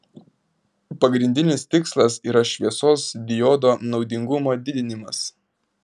pagrindinis tikslas yra šviesos diodo naudingumo didinimas